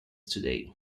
today